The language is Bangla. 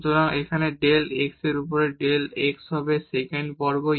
সুতরাং এখানে ডেল x এর উপরে ডেল x হবে সেকেন্ড বর্গ